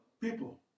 people